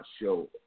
show